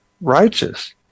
righteous